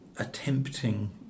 attempting